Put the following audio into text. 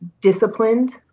disciplined